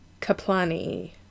Kaplani